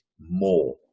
more